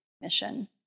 mission